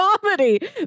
comedy